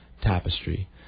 Tapestry